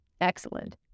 Excellent